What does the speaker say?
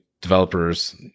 developers